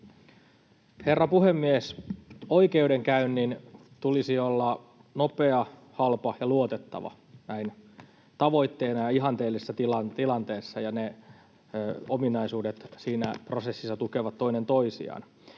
Herra puhemies! Oikeudenkäynnin tulisi olla nopea, halpa ja luotettava näin tavoitteena ja ihanteellisessa tilanteessa, ja ne ominaisuudet siinä prosessissa tukevat toinen toisiaan.